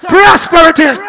Prosperity